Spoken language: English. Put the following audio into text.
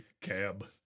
cab